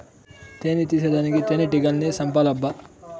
తేని తీసేదానికి తేనెటీగల్ని సంపాలబ్బా